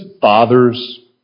fathers